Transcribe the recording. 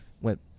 went